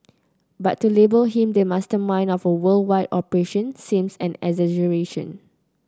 but to label him the mastermind of a worldwide operation seems an exaggeration